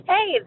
Hey